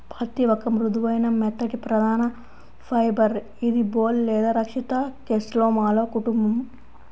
పత్తిఒక మృదువైన, మెత్తటిప్రధానఫైబర్ఇదిబోల్ లేదా రక్షిత కేస్లోమాలో కుటుంబం